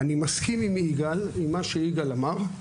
אני מסכים עם מה שיגאל אמר,